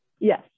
Yes